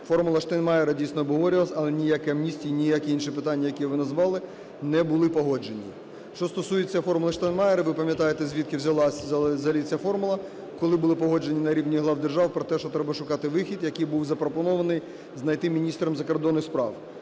"Формула Штайнмайєра" дійсно обговорювалась, але ніяких амністій, ніякі інші питання, які ви назвали, не були погоджені. Що стосується "формули Штайнмайєра". Ви пам'ятаєте, звідки взялася взагалі ця формула, коли було погоджено на рівні глав держав про те, що треба шукати вихід, який був запропонований знайти міністром закордонних справ.